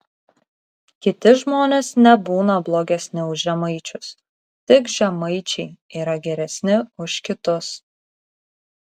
kiti žmonės nebūna blogesni už žemaičius tik žemaičiai yra geresni už kitus